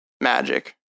magic